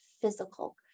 physical